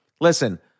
listen